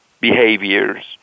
behaviors